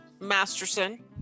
Masterson